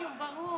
תודה.